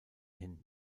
hin